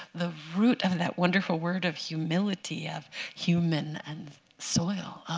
the root of that wonderful word of humility, of human and soil.